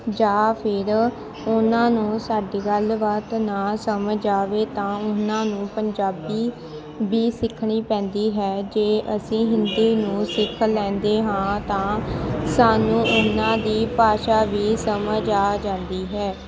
ਜਾਂ ਫਿਰ ਉਹਨਾਂ ਨੂੰ ਸਾਡੀ ਗੱਲਬਾਤ ਨਾ ਸਮਝ ਆਵੇ ਤਾਂ ਉਹਨਾਂ ਨੂੰ ਪੰਜਾਬੀ ਵੀ ਸਿੱਖਣੀ ਪੈਂਦੀ ਹੈ ਜੇ ਅਸੀਂ ਹਿੰਦੀ ਨੂੰ ਸਿੱਖ ਲੈਂਦੇ ਹਾਂ ਤਾਂ ਸਾਨੂੰ ਉਹਨਾਂ ਦੀ ਭਾਸ਼ਾ ਵੀ ਸਮਝ ਆ ਜਾਂਦੀ ਹੈ